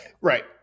Right